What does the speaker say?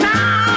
Now